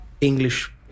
English